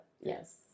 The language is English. yes